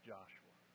Joshua